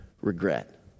regret